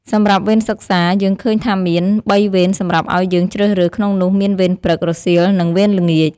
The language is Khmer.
សម្រាប់វេនសិក្សា យើងឃើញថាមាន បីវេនសម្រាប់អោយយើងជ្រើសរើស ក្នុងនោះមានវេន ព្រឹក រសៀល និងវេនល្ងាច។